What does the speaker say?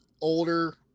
older